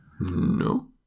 No